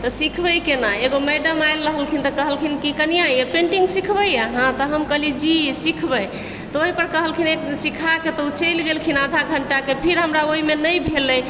तऽ सिखबय केना एगो मैडम आयल रहलखिन तऽ कहलखिन कि कनिया ये पेन्टिंग सिखबय अहाँ तऽ हम कहलियै जी सिखबय तऽ ओइपर कहलखिन एक सिखाके उ तऽ चलि गेलखिन आधा घण्टाके फिर हमरा ओइमे नहि भेलै